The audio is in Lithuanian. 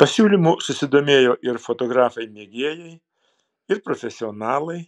pasiūlymu susidomėjo ir fotografai mėgėjai ir profesionalai